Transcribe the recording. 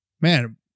man